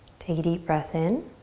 take a deep breath in